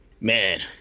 Man